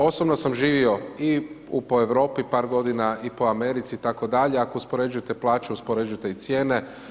Osobno sam živio i po Europi par godina i po Americi i tako dalje ako uspoređujete plaću, uspoređujte i cijene.